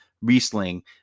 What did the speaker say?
Riesling